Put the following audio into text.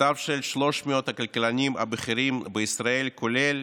מכתב של 300 הכלכלנים הבכירים בישראל, כולל